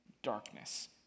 Darkness